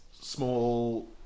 small